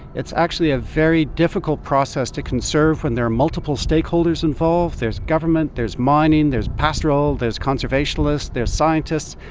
it's actually a very difficult process to conserve when there are multiple stakeholders involved there's government, there's mining, there's pastoral, there's conservationists, there's scientists.